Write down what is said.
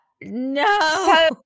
no